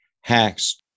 hacks